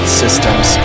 systems